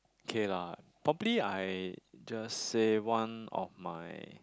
okay lah probably I just say one of my